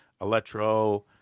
electro